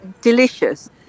delicious